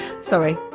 Sorry